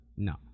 No